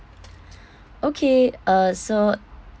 okay uh so